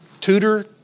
tutor